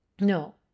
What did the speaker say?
No